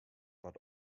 but